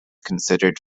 considered